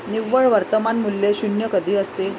निव्वळ वर्तमान मूल्य शून्य कधी असते?